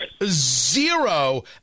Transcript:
Zero